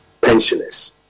pensioners